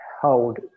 hold